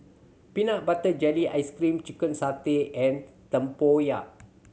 peanut butter jelly ice cream chicken satay and tempoyak